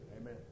amen